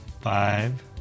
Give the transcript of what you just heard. Five